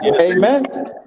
amen